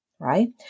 Right